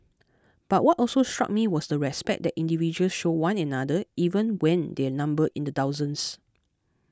but what also struck me was the respect that individuals showed one another even when their numbered in the thousands